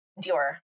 Dior